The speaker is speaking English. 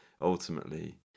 ultimately